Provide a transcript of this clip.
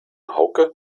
hauke